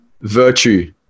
virtue